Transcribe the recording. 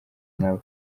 nabo